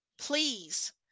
Please